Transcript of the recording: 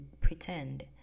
pretend